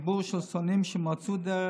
וחיבור של שונאים שמצאו דרך,